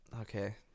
Okay